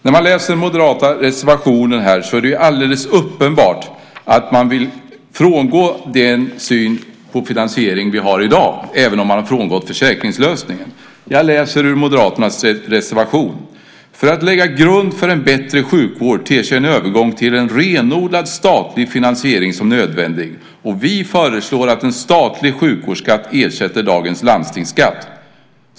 I den moderata reservationen är det alldeles uppenbart att man vill frångå den syn på finansiering som vi har i dag, även om man har frångått försäkringslösningen. Jag läser ur Moderaternas reservation: "För att lägga grund för en bättre sjukvård ter sig en övergång till en renodlad statlig finansiering som nödvändig, och vi föreslår att en statlig sjukvårdsskatt ersätter dagens landstingsskatt.